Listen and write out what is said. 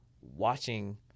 watching